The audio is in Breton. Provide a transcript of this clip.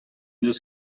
deus